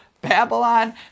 Babylon